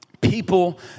people